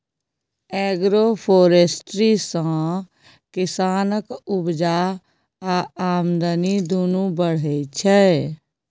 agroforestry सँ किसानक उपजा आ आमदनी दुनु बढ़य छै